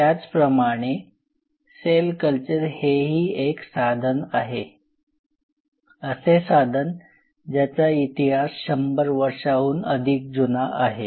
त्याचप्रमाणे cell culture हे ही एक साधन आहे असे साधन ज्याचा इतिहास १०० वर्षांहून अधिक जुना आहे